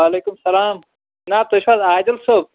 وعلیکُم سَلام جِناب تُہۍ چھُو حظ عادِل صٲب